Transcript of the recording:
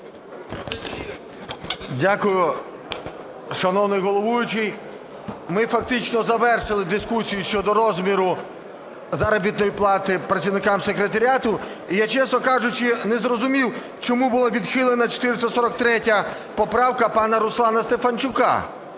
Дякую, шановний головуючий. Ми фактично завершили дискусію щодо розміру заробітної плати працівникам секретаріату. Я, чесно кажучи, не зрозумів, чому була відхилена 443 поправка пана Руслана Стефанчука,